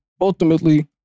ultimately